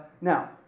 Now